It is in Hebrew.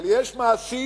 אבל יש מעשים,